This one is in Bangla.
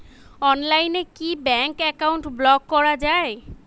অনলাইনে কি ব্যাঙ্ক অ্যাকাউন্ট ব্লক করা য়ায়?